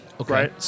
Okay